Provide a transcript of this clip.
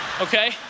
okay